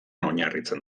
oinarritzen